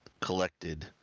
collected